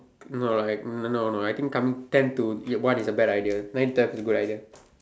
no lah like no no I think coming ten to one is a bad idea nine ten is a good idea